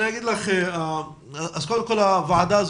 הוועדה תשקול.